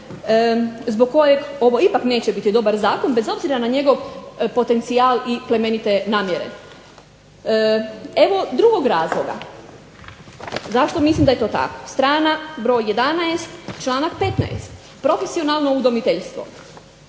zbog kojeg ovo ipak neće biti dobar zakon bez obzira na njegov potencijal i plemenite namjere. Evo drugog razloga zašto mislim da je to tako, strana br. 11. članak 15. – profesionalno udomiteljstvo.